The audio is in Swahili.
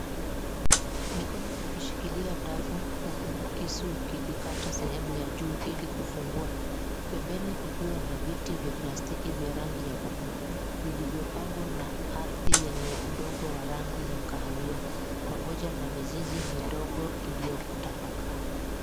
Mikono ikishikilia dafu huku kisu kikikata sehemu ya juu ili kufungua. Pembeni kukiwa na viti vya plastiki vya rangi ya buluu vilivyopangwa na ardhi yenye udongo wa rangi ya kahawia pamoja na mizizi midogo iliotapakaa.